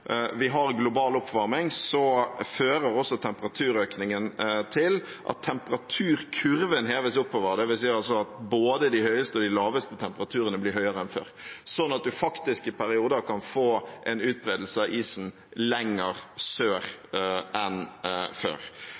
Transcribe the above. temperaturkurven heves oppover, det vil si at både de høyeste og de laveste temperaturene blir høyere enn før, sånn at man faktisk i perioder kan få en utbredelse av isen lenger sør enn før.